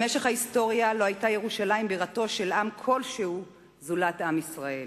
במשך ההיסטוריה לא היתה ירושלים בירתו של עם כלשהו זולת עם ישראל.